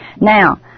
Now